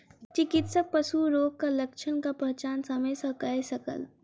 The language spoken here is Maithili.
चिकित्सक पशु रोगक लक्षणक पहचान समय सॅ कय सकल